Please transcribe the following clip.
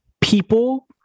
people